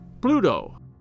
Pluto